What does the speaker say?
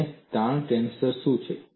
અને તાણ ટેન્સર શું છે